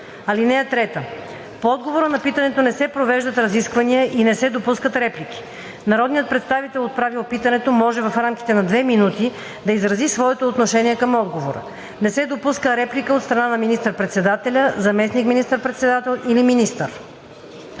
допускат. (3) По отговора на питането не се провеждат разисквания и не се допускат реплики. Народният представител, отправил питането, може в рамките на 2 минути да изрази своето отношение към отговора. Не се допуска реплика от страна на министър-председателя, заместник министър-председател или министър.“